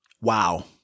wow